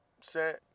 set